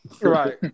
Right